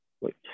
Wait